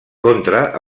contra